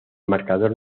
marcador